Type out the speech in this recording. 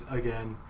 again